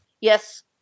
Yes